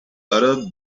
arab